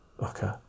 Okay